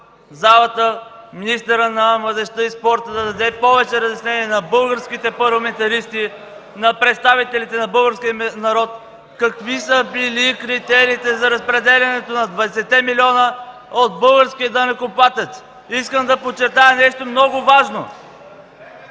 залата министъра на младежта и спорта да даде повече разяснение на българските парламентаристи, на представителите на българския народ – какви са били критериите за разпределянето на 20-те милиона от българския данъкоплатец. Искам да подчертая нещо много важно.